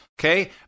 Okay